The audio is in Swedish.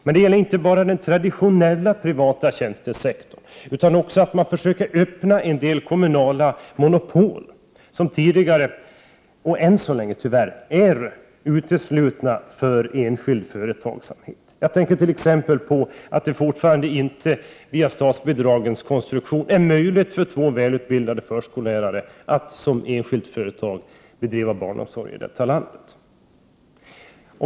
Men det gäller inte bara den traditionella privata tjänstesektorn utan också att man försöker bryta en del kommunala monopol på områden som tidigare — och även än så länge, tyvärr — är uteslutna för enskild företagsamhet. Jag tänker t.ex. på att det med statsbidragens konstruktion inte är möjligt för två välutbildade förskollärare att som enskilda företagare bedriva barnomsorg i detta land.